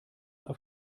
auf